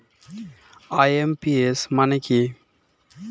IMPS মানে কি?